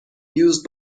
used